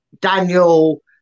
Daniel